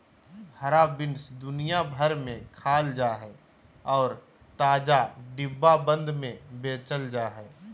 हरा बीन्स दुनिया भर में खाल जा हइ और ताजा, डिब्बाबंद में बेचल जा हइ